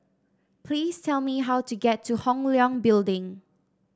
please tell me how to get to Hong Leong Building